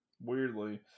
Weirdly